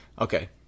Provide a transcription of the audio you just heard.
Okay